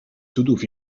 cudów